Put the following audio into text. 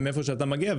ומאיפה שאתה מגיע,